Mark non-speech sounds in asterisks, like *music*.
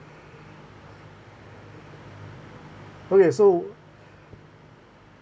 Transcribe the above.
*breath* oh ya so *breath*